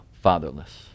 fatherless